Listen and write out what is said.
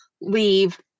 leave